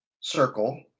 circle